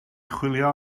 chwilio